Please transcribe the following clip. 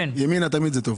ימינה זה תמיד טוב.